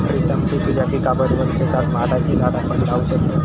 प्रीतम तु तुझ्या पिकाबरोबर शेतात माडाची झाडा पण लावू शकतस